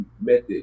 method